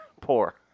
poor